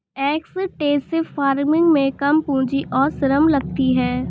extensive farming में कम पूंजी और श्रम लगती है